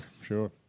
sure